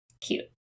Cute